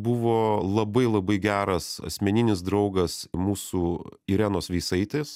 buvo labai labai geras asmeninis draugas mūsų irenos veisaitės